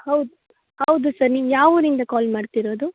ಹೌದು ಹೌದು ಸರ್ ನೀವು ಯಾವ ಊರಿಂದ ಕಾಲ್ ಮಾಡ್ತಿರೋದು